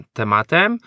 tematem